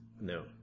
No